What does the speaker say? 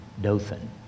Dothan